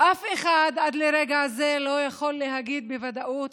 ואף אחד עד לרגע זה לא יכול להגיד בוודאות